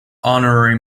honorary